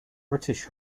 british